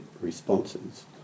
responses